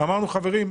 ואמרנו: "חברים,